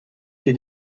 été